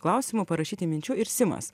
klausimų parašyti minčių ir simas